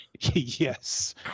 Yes